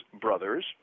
brothers